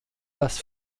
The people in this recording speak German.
das